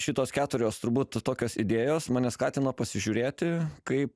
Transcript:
šitos keturios turbūt tokios idėjos mane skatino pasižiūrėti kaip